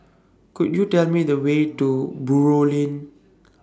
Could YOU Tell Me The Way to Buroh Lane